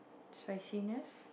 spiciness